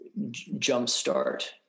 jumpstart